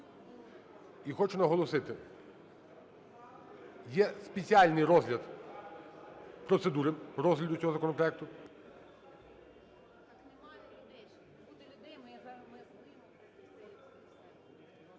І хочу наголосити, є спеціальний розгляд процедури розгляду цього законопроекту.